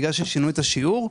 בגלל ששינו את השיעור,